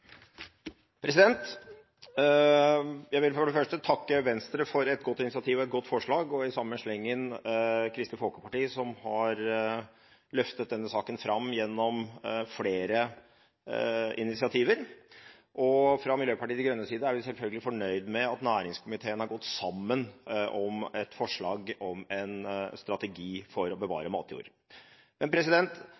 mat. Jeg vil for det første takke Venstre for et godt initiativ og et godt forslag, og i samme slengen Kristelig Folkeparti, som har løftet denne saken fram gjennom flere initiativer. Fra Miljøpartiet De Grønnes side er vi selvfølgelig fornøyd med at næringskomiteen har gått sammen om et forslag om en strategi for å